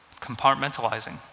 compartmentalizing